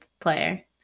player